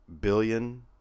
billion